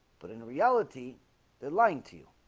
but in reality they're lying to you